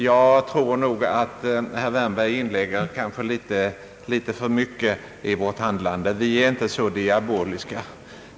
Jag tror att herr Wärnberg inlägger litet för mycket i vårt handlande; vi är inte så diaboliska.